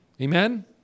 Amen